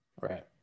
Right